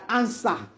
answer